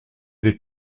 des